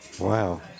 Wow